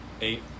Eight